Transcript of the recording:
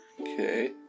Okay